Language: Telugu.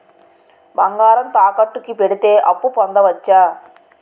బంగారం తాకట్టు కి పెడితే అప్పు పొందవచ్చ?